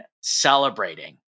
celebrating